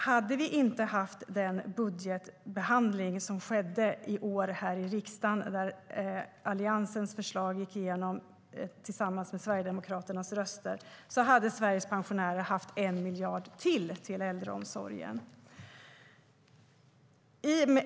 Hade vi inte haft den budgetbehandling som vi hade här i riksdagen när Alliansens förslag gick igenom med hjälp av Sverigedemokraternas röster, då hade Sveriges pensionärer fått ytterligare 1 miljard till äldreomsorgen.